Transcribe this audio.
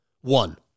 one